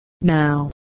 Now